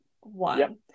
One